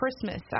Christmas